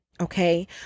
okay